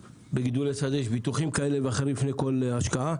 בגידולי שדה יש ביטוחים כאלה ואחרים לפני כל השקעה.